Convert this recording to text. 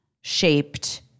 shaped